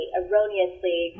erroneously